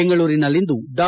ಬೆಂಗಳೂರಿನಲ್ಲಿಂದು ಡಾ